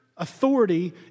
authority